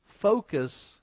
Focus